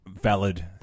valid